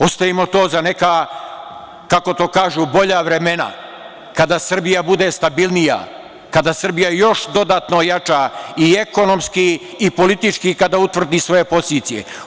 Ostavimo to za neka kako to kažu, bolja vremena, kada Srbija bude stabilnija, kada Srbija još dodatno ojača i ekonomski i politički i kada utvrdi svoje pozicije.